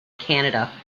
canada